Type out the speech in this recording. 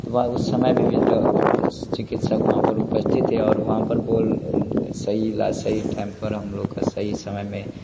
तो वहाँ उस समय में भी डॉ चिकित्सक वहाँ पर उपस्थित थे और वहाँ पर बोल सही इलाज सही टाइम पर हम लोग का सही समय में